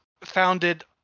founded